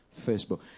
Facebook